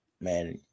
man